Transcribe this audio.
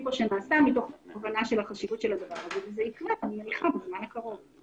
שנעשה מתוך הבנת החשיבות של הדבר הזה וזה יקרה אני מניחה בזמן הקרוב.